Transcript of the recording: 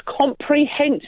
comprehensive